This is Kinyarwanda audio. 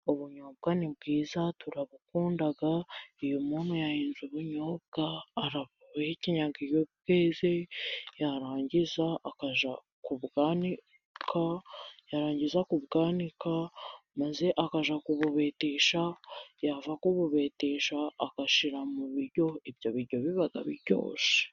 Ubunyobwa ni bwiza turabukunda, iyo umuntu yahinze ubunyobwa arabuhekenya iyo bweze, yarangiza akajya kubwanika yarangiza kubwanika, maze akajya kububetesha yava kububetesha agashyira mu biryo, ibyo biryo biba biryoshye.